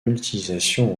utilisation